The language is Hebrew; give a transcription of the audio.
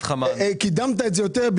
קידמת את זה יותר.